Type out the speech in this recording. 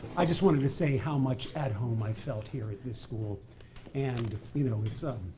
i just wanted to say how much at home i felt here at this school and you know it's so